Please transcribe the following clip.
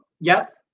Yes